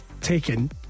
taken